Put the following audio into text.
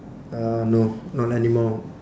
uh no not anymore